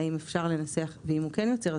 ואם הוא כן יוצר,